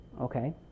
Okay